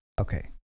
okay